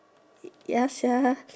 ya sia